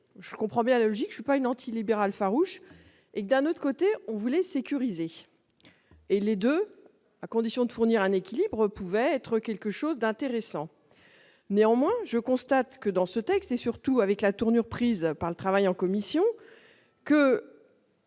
je comprends bien logique je ai pas une antilibéral farouche et d'un autre côté, on voulait sécuriser et les 2 à condition de fournir un équilibre pouvait être quelque chose d'intéressant néanmoins je constate que dans ce texte, et surtout avec la tournure prise par le travail en commission que.